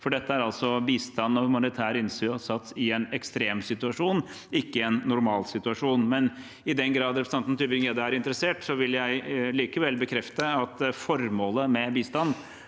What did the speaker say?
dette gjelder bistand og humanitær innsats i en ekstremsituasjon, ikke i en normalsituasjon. I den grad representanten Tybring-Gjedde er interessert, vil jeg likevel bekrefte at formålet med bistand